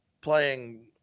playing